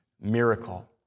miracle